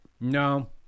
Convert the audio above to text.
no